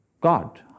God